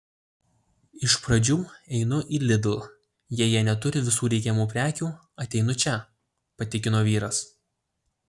iš pradžių einu į lidl jei jie neturi visų reikiamų prekių ateinu čia patikino vyras